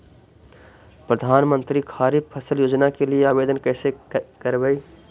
प्रधानमंत्री खारिफ फ़सल योजना के लिए आवेदन कैसे करबइ?